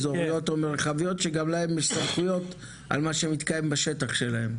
אזוריות או מרחביות שגם להן יש סמכויות על מה שמתקיים בשטח שלהן?